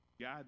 God